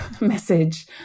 message